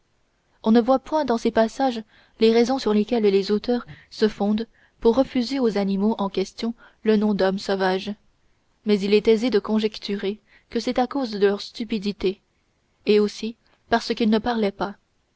on ne voit point dans ces passages les raisons sur lesquelles les auteurs se fondent pour refuser aux animaux en question le nom d'hommes sauvages mais il est aisé de conjecturer que c'est à cause de leur stupidité et aussi parce qu'ils ne parlaient pas